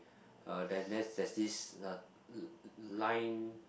uh then there's there's this uh l~ line